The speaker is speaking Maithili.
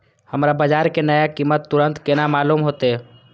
हमरा बाजार के नया कीमत तुरंत केना मालूम होते?